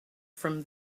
from